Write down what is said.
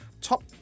top